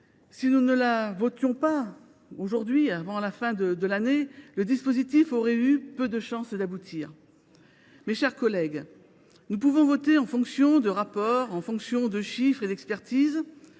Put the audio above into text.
Si nous ne l’adoptions pas avant la fin de l’année, ce dispositif aurait en effet peu de chance d’aboutir. Mes chers collègues, nous pouvons voter en fonction de rapports, de chiffres et d’expertises.